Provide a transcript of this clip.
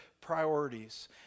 priorities